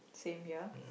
same ya